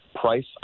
Price